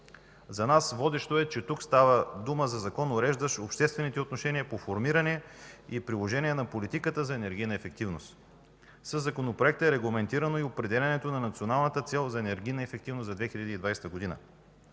За нас водещо е, че тук става дума за закон, уреждащ обществените отношения по формиране и приложение на политиката за енергийна ефективност. Със Законопроекта е регламентирано и определянето на националната цел за енергийна ефективност за 2020 г.